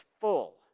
full